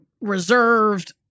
reserved